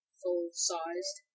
full-sized